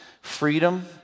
freedom